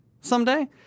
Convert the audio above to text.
someday